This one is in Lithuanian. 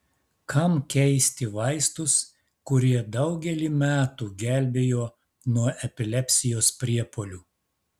kam keisti vaistus kurie daugelį metų gelbėjo nuo epilepsijos priepuolių